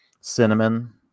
cinnamon